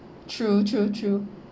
true true true